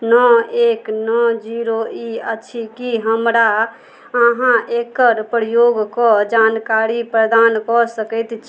नओ एक नओ जीरो ई अछि की हमरा अहाँ एकर प्रयोग कऽ जानकारी प्रदान कऽ सकैत छी